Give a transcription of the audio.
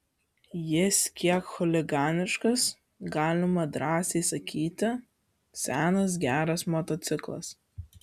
jis kiek chuliganiškas galima drąsiai sakyti senas geras motociklas